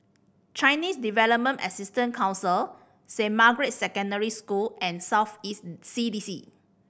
Chinese Development Assistance Council Saint Margaret's Secondary School and South East C D C